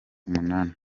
umunani